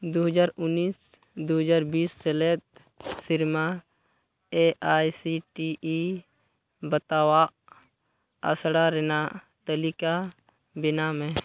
ᱫᱩ ᱦᱟᱡᱟᱨ ᱩᱱᱤᱥ ᱫᱩ ᱦᱟᱡᱟᱨ ᱵᱤᱥ ᱥᱮᱞᱮᱫ ᱥᱮᱨᱢᱟ A I C T E ᱵᱟᱛᱟᱣᱟᱜ ᱟᱥᱲᱟ ᱨᱮᱱᱟᱜ ᱛᱟᱹᱞᱤᱠᱟ ᱵᱮᱱᱟᱣ ᱢᱮ